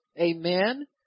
amen